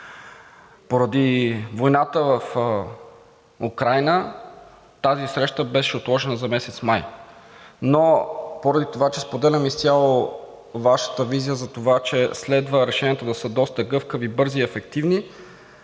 Поради войната в Украйна тази среща беше отложена за месец май. Но поради това, че споделям изцяло Вашата визия за това, че следва решенията да са доста гъвкави, бързи и ефективни,